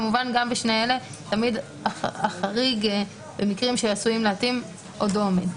כמובן גם בשני אלה תמיד החריג במקרים שעשויים להתאים עומד.